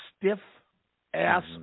stiff-ass